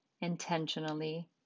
intentionally